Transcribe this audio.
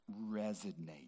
resonate